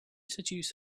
seduce